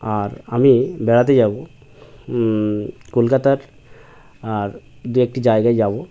আর আমি বেড়াতে যাব কলকাতার আর দু একটি জায়গায় যাব